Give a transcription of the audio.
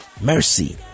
mercy